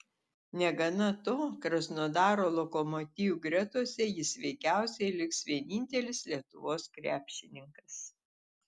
negana to krasnodaro lokomotiv gretose jis veikiausiai liks vienintelis lietuvos krepšininkas